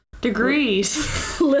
degrees